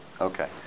Okay